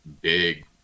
big